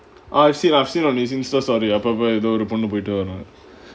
I've seen I've seen on his instastory அப்போ அப்போ எதோ ஒரு பொண்ணு போயிட்டு வரும்:appo appo etho oru ponnu poyitu varum